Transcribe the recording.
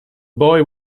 boy